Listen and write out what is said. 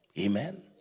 Amen